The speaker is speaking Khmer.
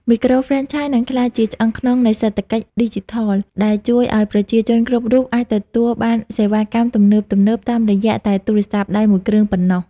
មីក្រូហ្វ្រេនឆាយនឹងក្លាយជា "ឆ្អឹងខ្នងនៃសេដ្ឋកិច្ចឌីជីថល" ដែលជួយឱ្យប្រជាជនគ្រប់រូបអាចទទួលបានសេវាកម្មទំនើបៗតាមរយៈតែទូរស័ព្ទដៃមួយគ្រឿងប៉ុណ្ណោះ។